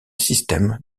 système